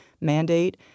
mandate